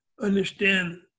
understand